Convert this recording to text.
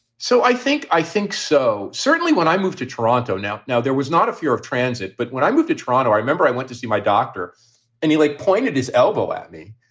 so i think i think so. certainly when i moved to toronto now, now there was not a fear of transit. but when i moved to toronto, i remember i went to see my doctor and he like pointed his elbow at me.